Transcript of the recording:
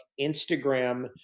Instagram